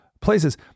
Places